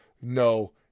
no